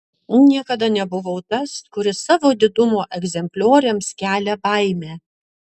niekada nebuvau tas kuris savo didumo egzemplioriams kelia baimę